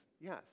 yes